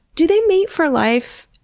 do they mate for life?